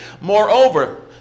Moreover